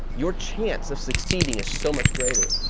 your chance of succeeding is so much greater.